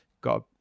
got